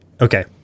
Okay